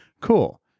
cool